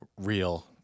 real